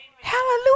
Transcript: hallelujah